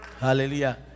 hallelujah